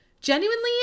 genuinely